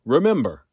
Remember